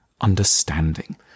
understanding